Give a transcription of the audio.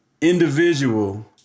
individual